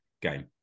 game